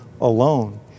alone